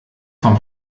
vom